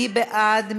מי בעד?